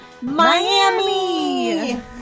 Miami